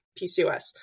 PCOS